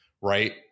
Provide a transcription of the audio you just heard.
right